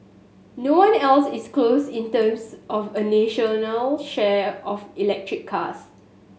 no one else is close in terms of a national share of electric cars